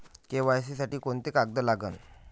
KYC साठी कोंते कागद लागन?